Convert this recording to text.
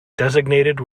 designated